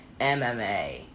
MMA